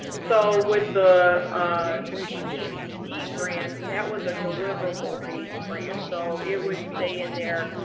so with the cpcd grant, that was a deliverable-based grant. so it would say in there,